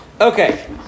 Okay